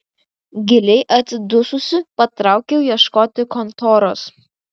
giliai atsidususi patraukiau ieškoti kontoros